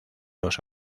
los